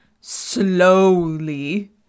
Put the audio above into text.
slowly